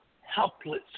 helpless